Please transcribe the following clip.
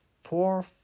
four